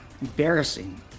Embarrassing